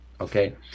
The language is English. okay